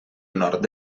nord